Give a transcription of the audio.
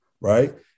right